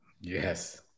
Yes